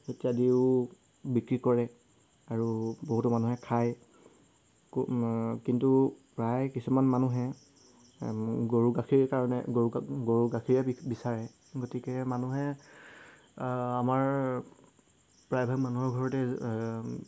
ইত্যাদিও বিক্ৰী কৰে আৰু বহুতো মানুহে খায় কিন্তু প্ৰায় কিছুমান মানুহে গৰু গাখীৰ কাৰণে গৰু গৰু গাখীৰে বিচাৰে গতিকে মানুহে আমাৰ প্ৰায়ভাগ মানুহৰ ঘৰতে